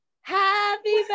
Happy